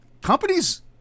companies